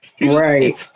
Right